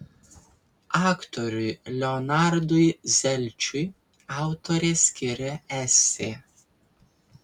aktoriui leonardui zelčiui autorė skiria esė